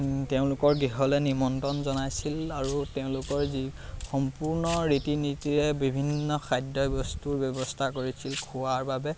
তেওঁলোকৰ গৃহলৈ নিমন্ত্ৰণ জনাইছিল আৰু তেওঁলোকৰ যি সম্পূৰ্ণ ৰীতি নীতিৰে বিভিন্ন খাদ্য বস্তুৰ ব্যৱস্থা কৰিছিল খোৱাৰ বাবে